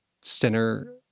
center